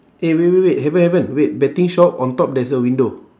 eh wait wait wait haven't haven't wait betting shop on top there's a window